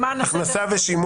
למען הסדר הטוב.